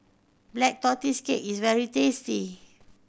Black Tortoise Cake is very tasty